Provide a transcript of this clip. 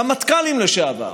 רמטכ"לים לשעבר,